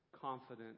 confident